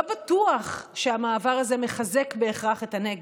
לא בטוח שהמעבר הזה מחזק בהכרח את הנגב.